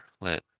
let